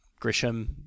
Grisham